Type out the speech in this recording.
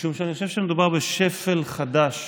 משום שאני חושב שמדובר בשפל חדש